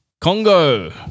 Congo